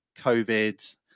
COVID